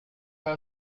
pas